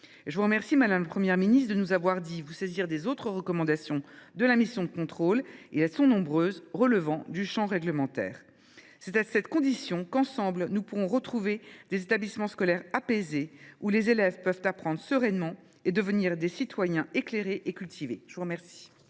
Je vous remercie, madame la Première ministre, de nous avoir dit vous saisir des autres recommandations de la mission de contrôle – elles sont nombreuses –, celles qui relèvent du champ réglementaire. C’est à cette condition qu’ensemble nous pourrons retrouver des établissements scolaires apaisés, où les élèves peuvent apprendre sereinement et devenir des citoyens éclairés et cultivés. La parole